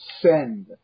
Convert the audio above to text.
send